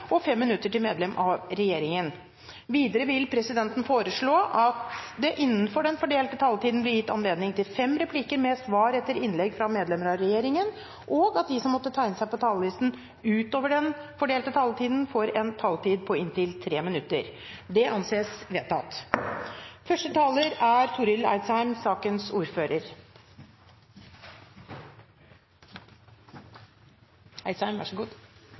til fem replikker med svar etter innlegg fra medlemmer av regjeringen innenfor den fordelte taletid, og at de som måtte tegne seg på talerlisten utover den fordelte taletid, får en taletid på inntil 3 minutter. – Det anses vedtatt.